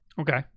Okay